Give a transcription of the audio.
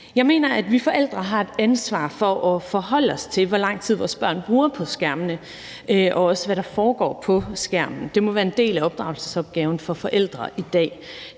Jeg mener, at vi forældre har et ansvar for at forholde os til, hvor lang tid vores børn bruger på skærmene, og også hvad der foregår på skærmen. Det må være en del af opdragelsesopgaven for forældre i dag.